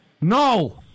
No